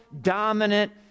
dominant